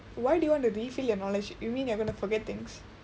why do you want to be refill your knowledge you mean you're going to forget things